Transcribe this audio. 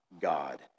God